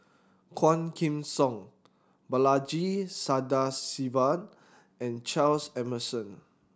Quah Kim Song Balaji Sadasivan and Charles Emmerson